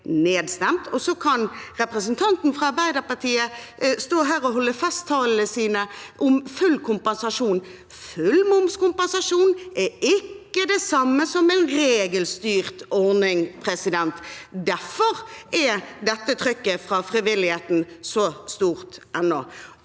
nedstemt. Representantene fra Arbeiderpartiet kan stå her og holde festtalene sine om full kompensasjon, men full momskompensasjon er ikke det samme som en regelstyrt ordning. Derfor er trykket fra frivilligheten så stort ennå.